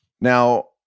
Now